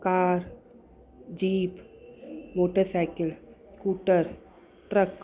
car jeep motor cycle scooter truck